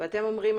ואתם אומרים,